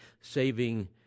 saving